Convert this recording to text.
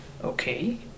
Okay